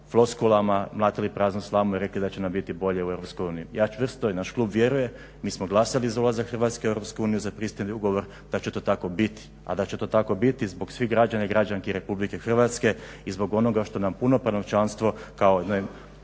floskulama mlatili praznu slamu i rekli da će nam biti bolje u EU. Ja čvrsto i naš klub vjeruje mi smo glasali za ulazak Hrvatske u EU za pristupni ugovor da će to tako biti. A da će to tako biti zbog svih građana i građanki RH i zbog onoga što nam punopravno članstvo kao jednoj